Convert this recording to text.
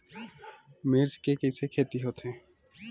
मिर्च के कइसे खेती होथे?